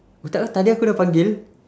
otak kau tadi aku dah panggil